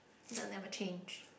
that never change